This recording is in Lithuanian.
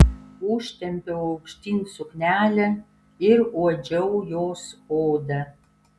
užtempiau aukštyn suknelę ir uodžiau jos odą